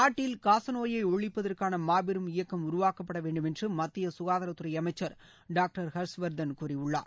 நாட்டில் காச நோயை ஒழிப்பதற்கான மாபெரும் இயக்கம் உருவாக்கப்பட வேண்டும் என்று மத்திய சுகாதாரத்துறை அமைச்சர் டாக்டர் ஹர்ஷ்வர்தன் கூறியுள்ளார்